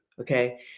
okay